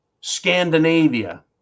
Scandinavia